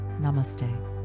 Namaste